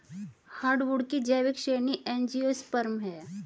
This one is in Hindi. हार्डवुड की जैविक श्रेणी एंजियोस्पर्म है